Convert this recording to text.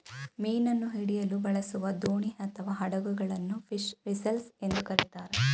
ಮೀನನ್ನು ಹಿಡಿಯಲು ಬಳಸುವ ದೋಣಿ ಅಥವಾ ಹಡಗುಗಳನ್ನು ಫಿಶ್ ವೆಸೆಲ್ಸ್ ಎಂದು ಕರಿತಾರೆ